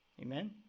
Amen